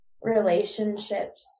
relationships